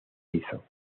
hizo